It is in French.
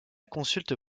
consulte